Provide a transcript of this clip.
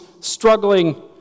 struggling